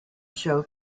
show